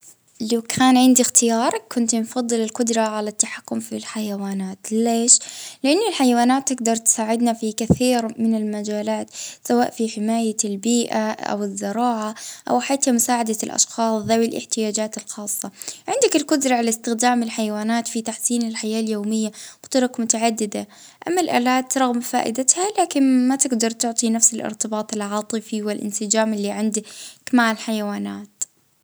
ا نفضل أن نتحكم في الحيوانات. ونخلق توازن بيئي، ونعيش اه في تناغم مع الطبيعة.